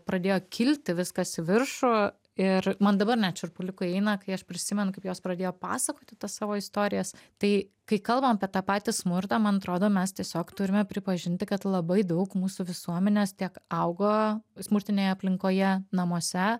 pradėjo kilti viskas į viršų ir man dabar net šiurpuliukai eina kai aš prisimenu kaip jos pradėjo pasakoti tas savo istorijas tai kai kalbam apie tą patį smurtą man atrodo mes tiesiog turime pripažinti kad labai daug mūsų visuomenės tiek augo smurtinėje aplinkoje namuose